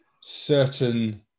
certain